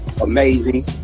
amazing